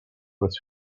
was